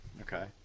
Okay